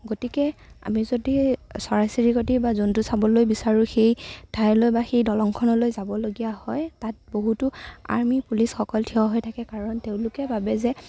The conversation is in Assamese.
গতিকে আমি যদি চৰাই চিৰিকটি বা জন্তু চাবলৈ বিচাৰোঁ সেই ঠাইলৈ বা সেই দলংখনলৈ যাবলগীয়া হয় তাত বহুতো আৰ্মি পুলিচসকল থিয় হৈ থাকে কাৰণ তেওঁলোকে ভাবে যে